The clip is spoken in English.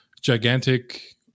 gigantic